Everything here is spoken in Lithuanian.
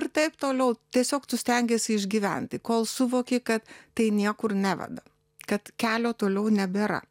ir taip toliau tiesiog tu stengiesi išgyventi kol suvoki kad tai niekur neveda kad kelio toliau nebėra